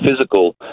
physical